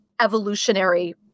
evolutionary